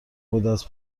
بوداز